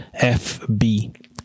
fb